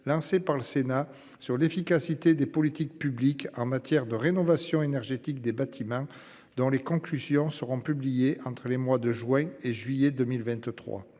lancée par le Sénat sur l'efficacité des politiques publiques en matière de rénovation énergétique des bâtiments dont les conclusions seront publiées entre les mois de juin et juillet 2023.